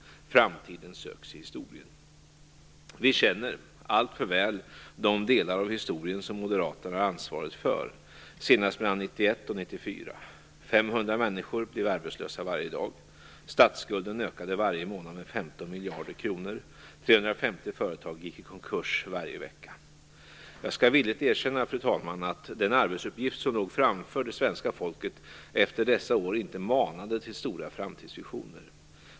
Framtiden söks i historien. Vi känner, alltför väl, de delar av historien som moderaterna har ansvarat för; senast mellan 1991 och Statsskulden ökade varje månad med 15 miljarder kronor. 350 företag gick i konkurs varje vecka. Fru talman! Jag skall villigt erkänna att den arbetsuppgift som låg framför det svenska folket efter dessa år inte manade till stora framtidsvisioner.